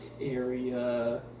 Area